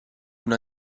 una